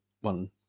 one